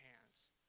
hands